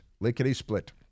lickety-split